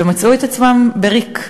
ומצאו את עצמם בריק,